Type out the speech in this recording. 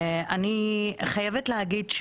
אני חייבת להגיד,